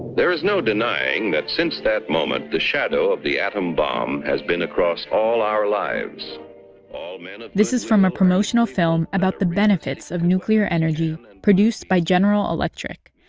there is no denying that since that moment, the shadow of the atom bomb has been across all our lives and this is from a promotional film about the benefits of nuclear energy um and produced by general electric.